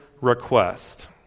request